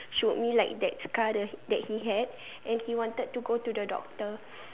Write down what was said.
showed me like that scar the that he had and he wanted to go to the doctor